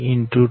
dr